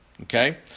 okay